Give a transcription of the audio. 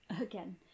Again